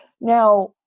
Now